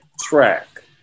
track